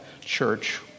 church